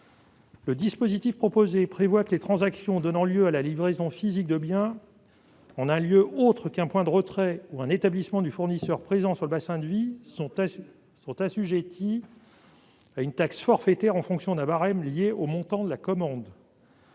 Le dispositif proposé prévoit que les transactions donnant lieu à la livraison physique de biens en un lieu autre qu'un point de retrait ou un établissement du fournisseur présent sur le bassin de vie sont assujetties à une taxe forfaitaire, en fonction d'un barème lié au montant de la commande.